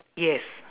yes